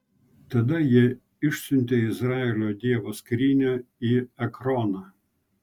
tada jie išsiuntė izraelio dievo skrynią į ekroną